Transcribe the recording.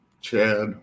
Chad